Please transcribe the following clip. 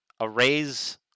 arrays